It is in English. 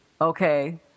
Okay